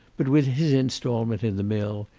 but with his installment in the mill,